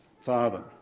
father